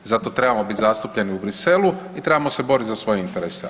Zato trebamo biti zastupljeni u Bruxellesu i trebamo se boriti za svoje interese.